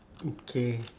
okay